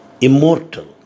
Immortal